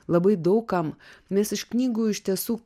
labai daug kam mes iš knygų iš tiesų